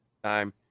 time